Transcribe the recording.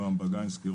נועם בגינסקי,